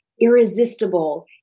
irresistible